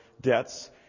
debts